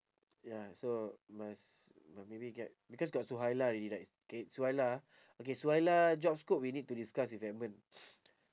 ya so must must maybe get because got suhaila already like K suhaila ah okay suhaila job scope we need to discuss with edmund